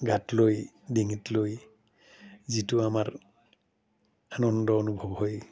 গাত লৈ ডিঙিত লৈ যিটো আমাৰ আনন্দ অনুভৱ হয়